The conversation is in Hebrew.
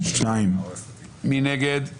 הצבעה לא אושרה ההסתייגות הוסרה.